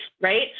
right